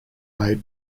made